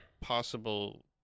possible